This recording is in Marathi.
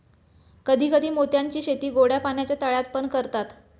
कधी कधी मोत्यांची शेती गोड्या पाण्याच्या तळ्यात पण करतात